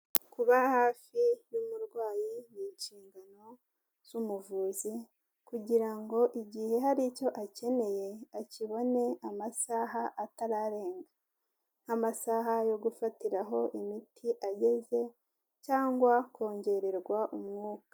Kuba hafi y'umurwayi ni inshingano z'umuvuzi kugira ngo igihe hari icyo akeneye, akibone amasaha atararenga. Nk'amasaha yo gufatiraho imiti ageze cyangwa kongererwa umwuka.